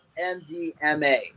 MDMA